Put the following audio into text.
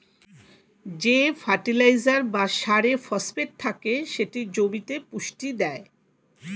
যে ফার্টিলাইজার বা সারে ফসফেট থাকে সেটি জমিতে পুষ্টি দেয়